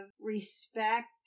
respect